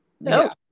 No